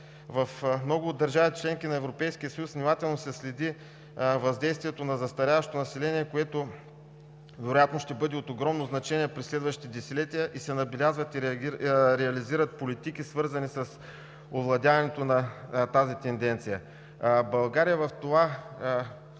в много от държавите – членки на Европейския съюз, внимателно се следи въздействието на застаряващото население, което вероятно ще бъде от огромно значение през следващите десетилетия, и се набелязват и реализират политики, свързани с овладяването на тази тенденция. България в това